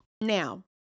Now